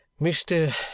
mr